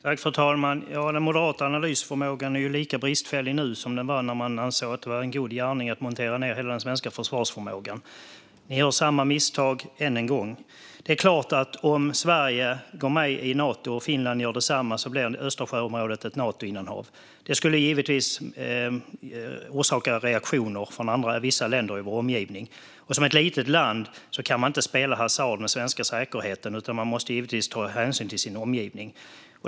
Fru talman! Den moderata analysförmågan är lika bristfällig nu som den var när man ansåg att det var en god gärning att montera ned hela den svenska försvarsförmågan. Ni gör samma misstag ännu en gång, Hans Wallmark. Det är klart att Östersjöområdet blir ett Natoinnanhav om Sverige går med i Nato och Finland gör detsamma. Detta skulle givetvis orsaka reaktioner från vissa länder i vår omgivning. Som litet land kan man inte spela hasard med den svenska säkerheten, utan man måste givetvis ta hänsyn till sin omgivning.